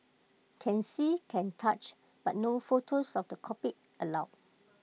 can see can touch but no photos of the cockpit allowed